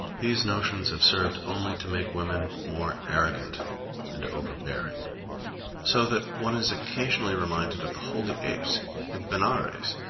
these notions have served only to make women more arrogant and overbearing so that one is occasionally reminded of the holy apes in benares,